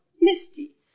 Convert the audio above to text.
Misty